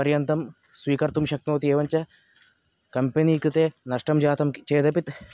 पर्यन्तं स्वीकर्तुं शक्नोति एवञ्च कम्पनी कृते नष्टं जातं चेदपि